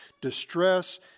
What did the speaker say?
distress